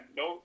no